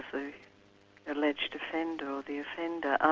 the alleged offender, or the offender,